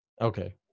Okay